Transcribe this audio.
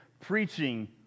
preaching